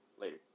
Later